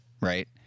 right